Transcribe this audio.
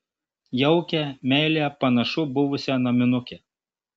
jaukią meilią panašu buvusią naminukę